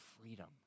freedom